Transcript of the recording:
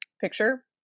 picture